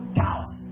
cows